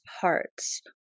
parts